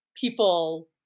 people